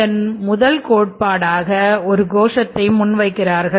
இதன் முதல் கோட்பாடாக ஒருகோஷத்தை முன் வைக்கிறார்கள்